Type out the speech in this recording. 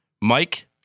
Mike